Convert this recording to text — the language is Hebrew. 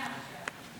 ומשה גפני.